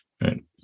right